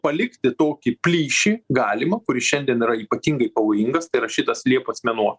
palikti tokį plyšį galimą kuris šiandien yra ypatingai pavjingas tai yra šitas liepos mėnuo